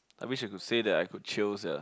that means you could say that I got chill sia